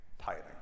tithing